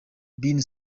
bin